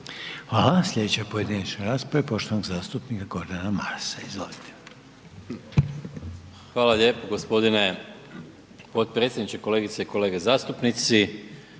Hvala. Slijedeća pojedinačna rasprava je poštovanog zastupnika Gordana Marasa. Izvolite. **Maras, Gordan (SDP)** Hvala lijepo gospodine potpredsjedniče. Kolegice i kolege zastupnici,